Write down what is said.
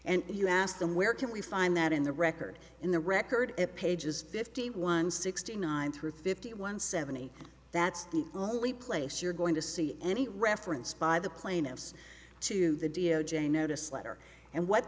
and you asked them where can we find that in the record in the record at pages fifty one sixty nine through fifty one seventy that's the only place you're going to see any reference by the plaintiffs to the d o j notice letter and what